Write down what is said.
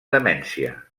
demència